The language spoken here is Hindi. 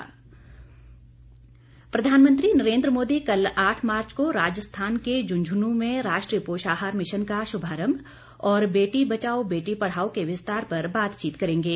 प्रधानमंत्री प्रसारण प्रधानमंत्री नरेन्द्र मोदी कल आठ मार्च को राजस्थान के झुंझुनूं में राष्ट्रीय पोषाहार मिशन का शुभारंभ और बेटी बचाओ बेटी पढ़ाओ के विस्तार पर बातचीत करेंगे